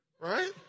right